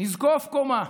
נזקוף קומה,